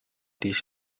this